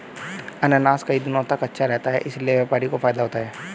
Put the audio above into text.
अनानास कई दिनों तक अच्छा रहता है इसीलिए व्यापारी को फायदा होता है